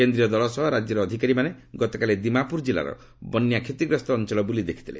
କେନ୍ଦ୍ରୀୟ ଦଳ ସହ ରାଜ୍ୟର ଅଧିକାରୀମାନେ ଗତକାଲି ଦିମାପୁର ଜିଲ୍ଲାର ବନ୍ୟା କ୍ଷତିଗ୍ରସ୍ତ ଅଞ୍ଚଳ ବୁଲି ଦେଖିଥିଲେ